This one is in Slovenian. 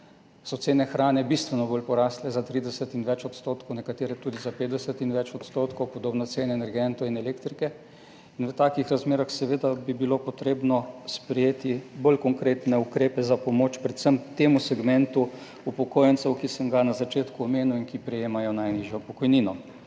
so cene hrane bistveno bolj porasle, za 30 in več odstotkov, nekatere tudi za 50 in več odstotkov, podobno cene energentov in elektrike. V takih razmerah bi bilo treba sprejeti bolj konkretne ukrepe za pomoč predvsem temu segmentu upokojencev, ki sem ga na začetku omenil, ki prejemajo najnižjo pokojnino.